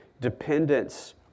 dependence